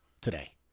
today